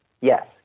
Yes